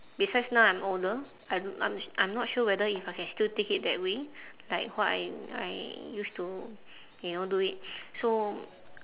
besides now I'm older I don't I'm I'm not sure whether if I can still take it that way like what I I used to you know do it so